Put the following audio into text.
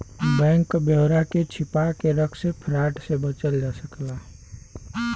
bank क ब्यौरा के छिपा के रख से फ्रॉड से बचल जा सकला